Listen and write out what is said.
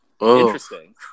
interesting